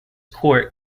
court